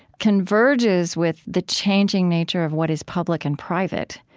converges with the changing nature of what is public and private,